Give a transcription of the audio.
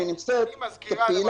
האם שם אתם מאריכים את זה עד 15 במרץ?